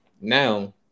Now